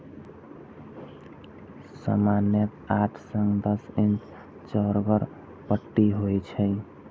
सामान्यतः आठ सं दस इंच चौड़गर पट्टी होइ छै